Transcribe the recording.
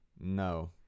No